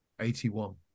81